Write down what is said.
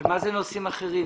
אבל מה זה נושאים אחרים?